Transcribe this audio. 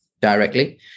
directly